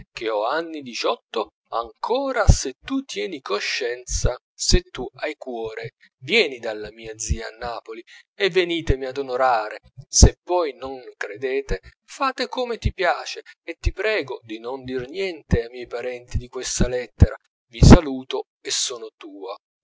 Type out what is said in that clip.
ho anni diciotto ho ancora se tu tieni coscienza se tu hai cuore vieni dal mia zia a napoli e venitemi ad onorare se poi non credete fate come ti piace e ti prego di non dir niente ai miei parenti di questa lettera vi saluto e sono tua